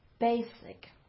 Basic